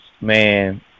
man